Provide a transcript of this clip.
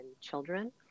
children